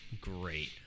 great